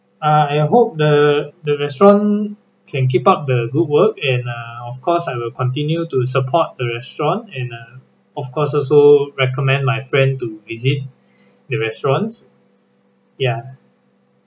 ah I hope the the restaurant can keep up the good work and uh of course I will continue to support the restaurant and uh of course also recommend my friend to visit the restaurants ya